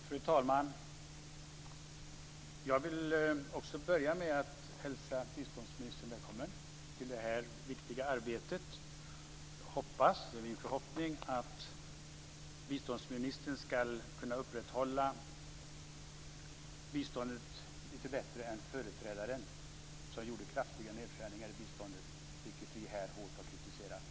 Fru talman! Jag vill också börja med att hälsa biståndsministern välkommen till det här viktiga arbetet. Det är min förhoppning att biståndsministern ska kunna upprätthålla biståndet lite bättre än företrädaren, som gjorde kraftiga nedskärningar i biståndet, vilket vi här hårt har kritiserat.